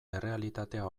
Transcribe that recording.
errealitatea